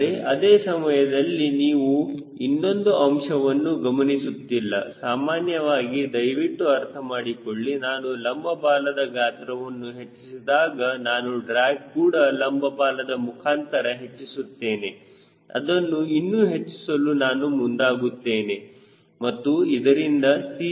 ಆದರೆ ಅದೇ ಸಮಯದಲ್ಲಿ ನೀವು ಇನ್ನೊಂದು ಅಂಶವನ್ನು ಗಮನಿಸುತ್ತಿಲ್ಲ ಸಾಮಾನ್ಯವಾಗಿ ದಯವಿಟ್ಟು ಅರ್ಥಮಾಡಿಕೊಳ್ಳಿ ನಾನು ಲಂಬ ಬಾಲದ ಗಾತ್ರವನ್ನು ಹೆಚ್ಚಿಸಿದಾಗ ನಾನು ಡ್ರ್ಯಾಗ್ ಕೂಡ ಲಂಬ ಬಾಲದ ಮುಖಾಂತರ ಹೆಚ್ಚಿಸುತ್ತೇವೆ ಅದನ್ನು ಇನ್ನೂ ಹೆಚ್ಚಿಸಲು ನಾನು ಮುಂದಾಗುತ್ತೇನೆ ಮತ್ತು ಇದರಿಂದ C